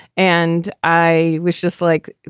and i was just like,